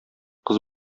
кыз